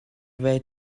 way